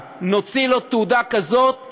נוציא לו תעודה כזאת,